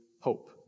hope